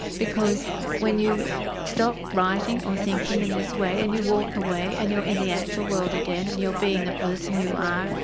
because when you stop writing or thinking in this way and you walk away and you're in the actual world again and you're being the person you are,